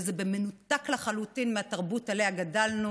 וזה מנותק לחלוטין מהתרבות שעליה גדלנו